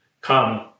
Come